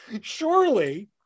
surely